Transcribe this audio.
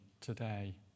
today